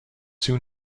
soon